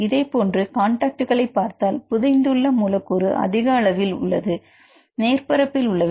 இதேபோன்று காண்டாக்ட் பார்த்தால் புதைந்து உள்ள மூலக்கூறு அதிக அளவில் கொண்டுள்ளது மேற்பரப்பில் உள்ளவை